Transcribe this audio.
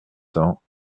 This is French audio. cents